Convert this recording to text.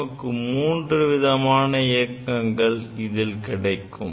நமக்கு மூன்று விதமான இயக்கங்கள் இதில் கிடைக்கும்